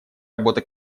работа